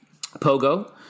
Pogo